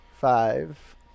Five